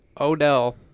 Odell